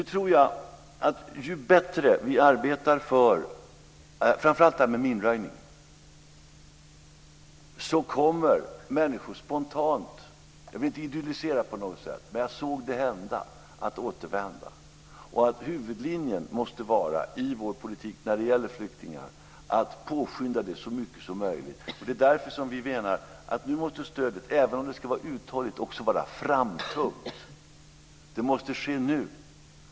Jag tror att ju bättre vi arbetar för framför allt detta med minröjning, desto mer kommer människor - jag vill inte på något sätt idyllisera, men jag såg det hända - spontant att återvända. Huvudlinjen i vår politik när det gäller flyktingar måste vara att påskynda detta så mycket som möjligt. Det är därför som vi menar att stödet nu, även om det ska vara uthålligt, också vara framtungt. Det måste ske nu.